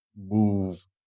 move